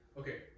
okay